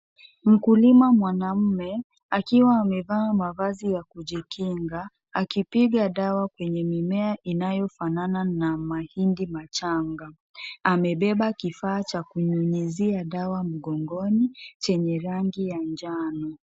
Mkulima mwanamme akiwa amevaa mavazi ya kujikinga akipiga dawa kwenye mimea inayofanana na mahindi machanga, amebeba kifaa cha kunyunyuzia dawa mgongoni chenye rangi ya njano.